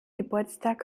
geburtstag